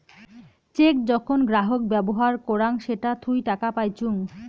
check যখন গ্রাহক ব্যবহার করাং সেটা থুই টাকা পাইচুঙ